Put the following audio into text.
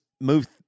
move